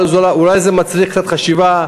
אולי זה מצריך קצת חשיבה,